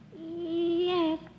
Yes